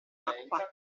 acqua